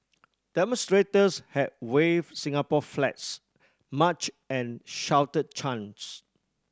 demonstrators had waved Singapore flags marched and shouted chants